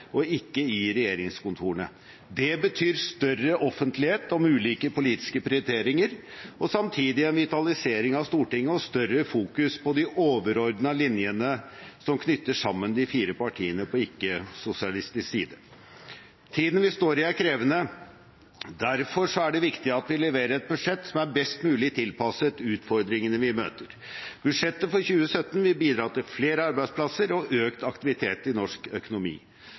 og ikke i regjeringskontorene. Det betyr større offentlighet om ulike politiske prioriteringer og samtidig en vitalisering av Stortinget og større fokus på de overordnede linjene som knytter sammen de fire partiene på ikke-sosialistisk side. Tiden vi står i, er krevende, og derfor er det viktig at vi leverer et budsjett som er best mulig tilpasset utfordringene vi møter. Budsjettet for 2017 vil bidra til flere arbeidsplasser og økt aktivitet i norsk økonomi.